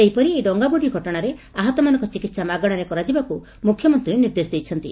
ସେହିପରି ଏହି ଡଙ୍ଗା ବୁଡ଼ି ଘଟଣାରେ ଆହତମାନଙ୍କ ଚିକିହା ମାଗଣାରେ କରାଯିବାକୁ ମୁଖ୍ୟମନ୍ତୀ ନିର୍ଦ୍ଦେଶ ଦେଇଛନ୍ତି